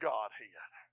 Godhead